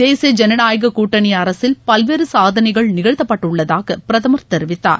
தேசிய ஜனநாயக கூட்டணி அரசில் பல்வேறு சாதனைகள் நிகழ்த்தப்பட்டுள்ளதாக பிரதமர் தெரிவித்தார்